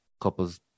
couples